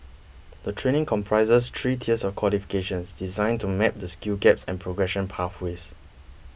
the training comprises three tiers of qualifications designed to map the skills gaps and progression pathways